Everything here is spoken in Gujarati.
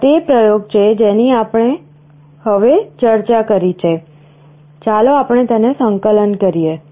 આ તે પ્રયોગ છે જેની આપણે હવે ચર્ચા કરી છે ચાલો આપણે તેને સંકલન કરીએ